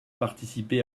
participer